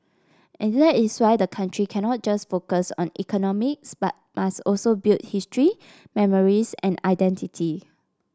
and that is why the country cannot just focus on economics but must also build history memories and identity